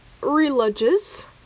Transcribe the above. religious